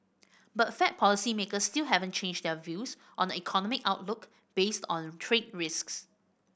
but Fed policymakers still haven't changed their views on the economic outlook based on trade risks